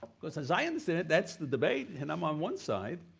because as i understand it, that's the debate, and i am on one side.